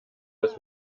dass